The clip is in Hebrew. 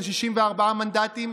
של 64 מנדטים.